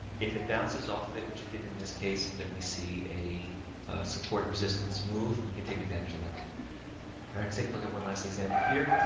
if it bounces off of it, which it did in this case, then we see a support and resistance move. you can take advantage of that are to take a look at one last example here,